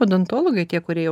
odontologai tie kurie jau